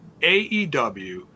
AEW